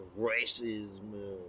racism